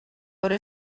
però